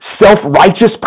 self-righteous